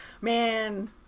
man